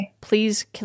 please